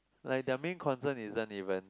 like their main concern isn't even